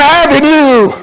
avenue